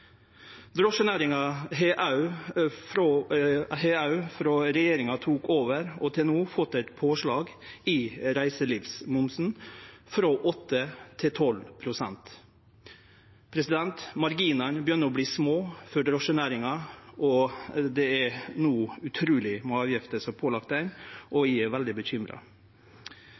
drosjenæringa. Drosjenæringa har òg, frå regjeringa tok over og til no, fått eit påslag i reiselivsmomsen frå 8 til 12 pst. Marginane begynner å verte små for drosjenæringa. Det er no utruleg med avgifter som dei er pålagde, og eg er veldig bekymra.